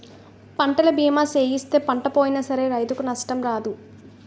పంటల బీమా సేయిస్తే పంట పోయినా సరే రైతుకు నష్టం రాదు